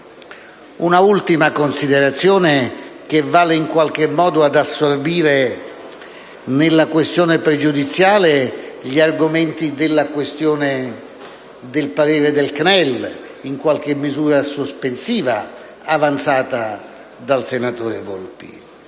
Un'ultima considerazione che vale, in qualche modo, ad assorbire nella questione pregiudiziale gli argomenti a base della richiesta del parere del CNEL, questione in qualche misura sospensiva, avanzata dal senatore Volpi.